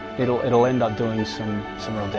it'll it'll end up doing, some some real